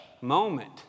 moment